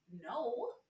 No